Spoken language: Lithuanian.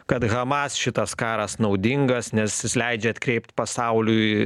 kad hamas šitas karas naudingas nes jis leidžia atkreipt pasauliui